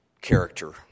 character